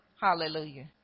hallelujah